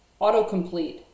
autocomplete